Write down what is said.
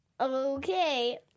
Okay